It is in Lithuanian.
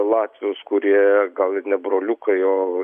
latvius kurie gal ir ne broliukai o